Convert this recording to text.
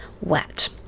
wet